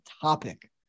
topic